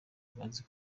bazi